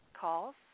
calls